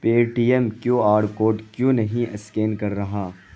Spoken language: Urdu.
پے T M Q R code کیوں نہیں اسکین کر رہا